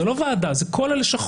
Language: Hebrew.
זאת לא ועדה אלא זה כל הלשכות.